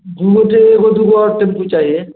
दो गोटे एगो दुगो और टेम्पू चाहिए